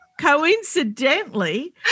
coincidentally